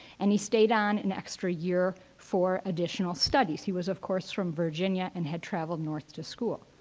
and he stayed on an extra year for additional studies. he was of course from virginia, and had traveled north to school.